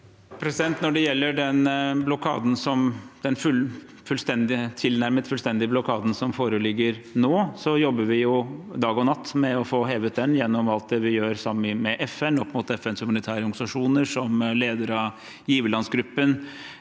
Når det gjelder den tilnærmet fullstendige blokaden som foreligger nå, jobber vi dag og natt med å få hevet den gjennom alt det vi gjør sammen med FN, opp mot FNs humanitære organisasjoner, som leder av giverlandsgruppen